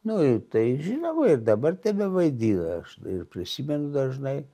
nu i tai žinoma ir dabar tebevaidina aš ir prisimenu dažnai